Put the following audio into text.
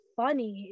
funny